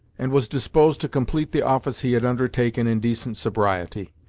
and was disposed to complete the office he had undertaken in decent sobriety.